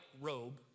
robe